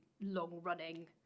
long-running